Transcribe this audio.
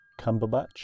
cumberbatch